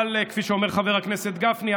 כפי שאומר חבר הכנסת גפני,